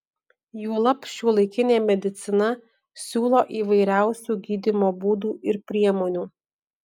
juolab šiuolaikinė medicina siūlo įvairiausių gydymo būdų ir priemonių